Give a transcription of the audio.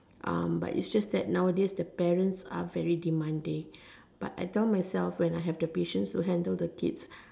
um but it's just that nowadays the parents are very demanding but I tell myself when I have the patience to handle the kids